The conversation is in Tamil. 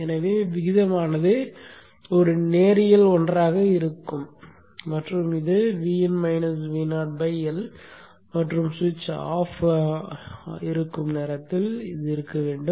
எனவே விகிதமானது நேரியல் ஒன்றாக இருக்க வேண்டும் மற்றும் இது L மற்றும் சுவிட்ச் ஆஃப் ஆக இருக்கும் நேரத்தில் இருக்க வேண்டும்